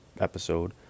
episode